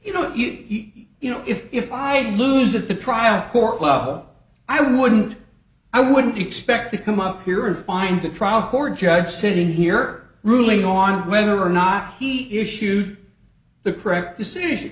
you know you know if i lose at the trial court up i wouldn't i wouldn't expect to come up here and find a trial court judge sitting here ruling on whether or not he issued the correct decision